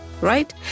right